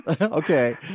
Okay